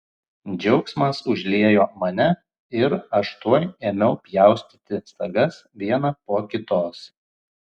džiaugsmas užliejo mane ir aš tuoj ėmiau pjaustyti sagas vieną po kitos